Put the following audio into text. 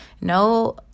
No